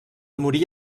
morir